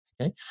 Okay